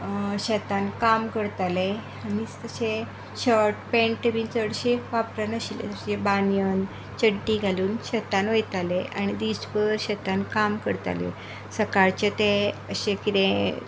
शेतान काम करताले कोणूच तशे शर्ट पेंट बी चडशें वापरनासले अशे बानयन चड्डी घालून शेतान वयताले आनी दिसभर शेतान काम करताले सकाळचे ते अशे कितें च्याव